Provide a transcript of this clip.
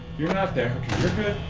you're not there